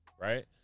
Right